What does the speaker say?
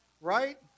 right